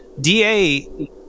DA